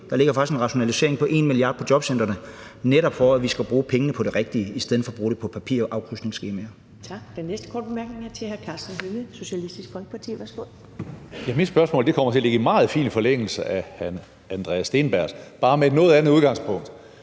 Der ligger faktisk en rationalisering på 1 mia. kr. på jobcentrene, netop for at vi skal bruge pengene på det rigtige i stedet for at bruge det på papirer og afkrydsningsskemaer.